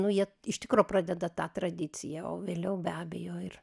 nu jie iš tikro pradeda tą tradiciją o vėliau be abejo ir